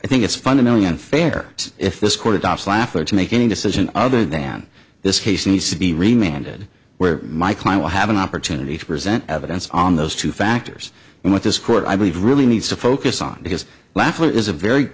i think it's fundamentally unfair if this court adopts laugh or to make any decision other than this case needs to be remain ended where my client will have an opportunity to present evidence on those two factors and what this court i believe really needs to focus on because laughter is a very